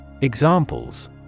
Examples